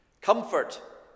Comfort